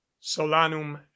solanum